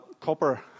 copper